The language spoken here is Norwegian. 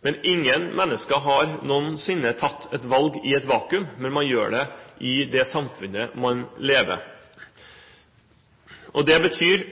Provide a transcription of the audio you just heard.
Men ingen mennesker har noensinne tatt et valg i et vakuum. Man gjør det i det samfunnet man lever i. Det betyr